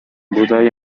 بودایی